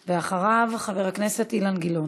ואחריו, חבר הכנסת אילן גילאון.